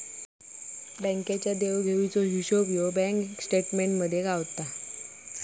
बँकेच्या देवघेवीचो हिशोब बँक स्टेटमेंटमध्ये सापडता